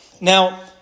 Now